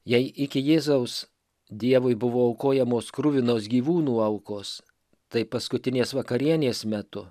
jei iki jėzaus dievui buvo aukojamos kruvinos gyvūnų aukos tai paskutinės vakarienės metu